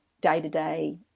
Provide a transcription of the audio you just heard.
day-to-day